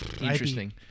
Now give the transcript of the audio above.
Interesting